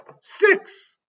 Six